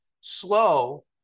slow